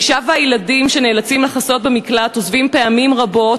האישה והילדים שנאלצים לחסות במקלט עוזבים פעמים רבות